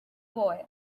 boy